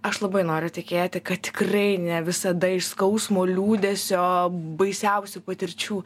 aš labai noriu tikėti kad tikrai ne visada iš skausmo liūdesio baisiausių patirčių